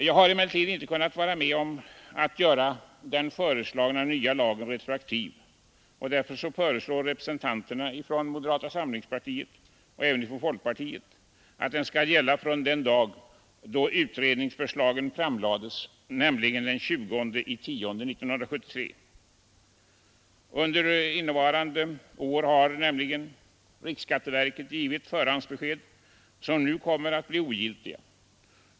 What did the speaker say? Jag har emellertid icke kunnat vara med om att göra den föreslagna nya lagen retroaktiv, och därför föreslår representanterna från moderata samlingspartiet och även från folkpartiet att lagen skall gälla från den dag då utredningsförslagen framlades, nämligen den 20 oktober 1973. Under innevarande år har nämligen riksskatteverket givit förhandsbesked som nu kommer att bli ogiltiga.